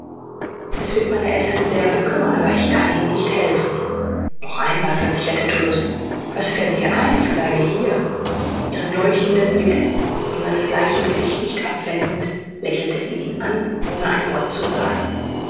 es wird meine eltern sehr bekümmern aber ich kann ihnen nicht helfen noch einmal versicherte tullus was fällt dir ein ich bleibe hier ihren leuchtenden blick von seinem bleichen gesicht nicht abwendend lächelte sie ihn an ohne ein wort zu sagen